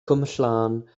cwmllan